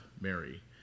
Mary